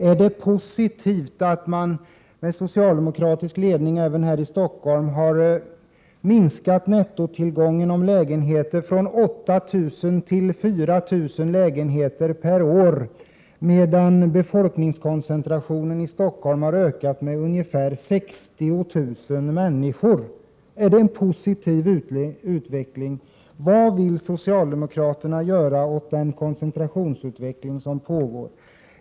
Är det positivt att man med socialdemokratisk ledning även här i Stockholm har minskat nettotillgången på lägenheter från 8 000 till 4 000 lägenheter per år, medan befolkningen i Stockholm har ökat med ungefär 60 000 människor? Är det en positiv utveckling? Vad vill socialdemokraterna göra åt den utveckling mot koncentration som pågår?